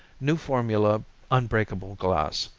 new formula unbreakable glass,